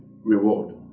reward